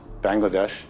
Bangladesh